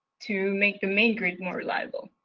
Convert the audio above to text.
to make the main grid more reliable.